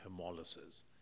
hemolysis